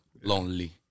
Lonely